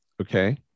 Okay